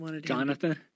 Jonathan